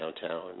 downtown